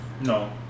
No